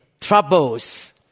troubles